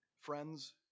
Friends